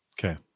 Okay